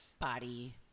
body